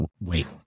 wait